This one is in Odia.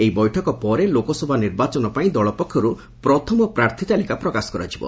ଏହି ବୈଠକ ପରେ ଲୋକସଭା ନିର୍ବାଚନ ଲାଗି ଦଳ ପକ୍ଷରୁ ପ୍ରଥମ ପ୍ରାର୍ଥୀ ତାଲିକା ପ୍ରକାଶ କରାଯିବ